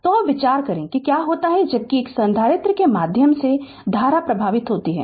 तो अब विचार करें कि क्या होता जबकि एक संधारित्र के माध्यम से धारा प्रवाहित होती है